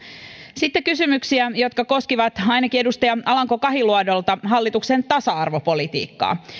sitten kysymyksiä jotka koskivat ainakin edustaja alanko kahiluodolta hallituksen tasa arvopolitiikkaa